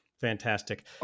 Fantastic